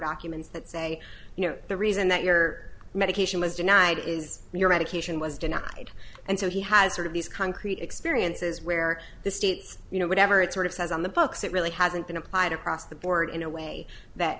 documents that say you know the reason that your medication was denied is your medication was denied and so he has sort of these concrete experiences where the states you know whatever it sort of says on the books it really hasn't been applied across the board in a way that